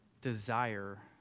desire